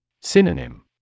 Synonym